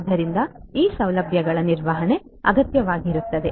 ಆದ್ದರಿಂದ ಈ ಸೌಲಭ್ಯಗಳ ನಿರ್ವಹಣೆ ಅಗತ್ಯವಾಗಿರುತ್ತದೆ